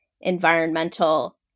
environmental